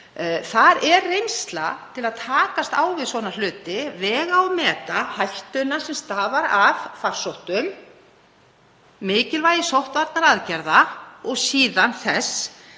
Þar er reynsla til að takast á við svona hluti, vega og meta hættuna sem stafar af farsóttum, mikilvægi sóttvarnaaðgerða og það